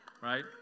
Right